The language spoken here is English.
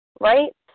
right